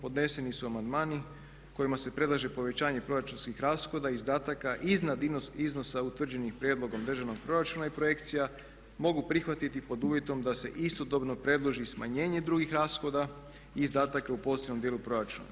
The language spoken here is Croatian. Podneseni su amandmani kojima se predlaže povećanje proračunskih rashoda, izdataka iznad iznosa utvrđenih prijedlogom državnog proračuna i projekcija, mogu prihvatiti pod uvjetom da se istodobno predloži i smanjenje drugih rashoda i izdataka u posebnom dijelu proračuna.